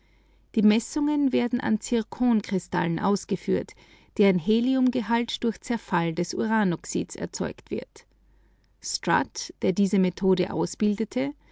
die messungen werden an zirkonkristallen ausgeführt deren heliumgehalt durch zerfall des uranoxyds erzeugt wird strutt der diese methode ausbildete